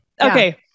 Okay